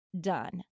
done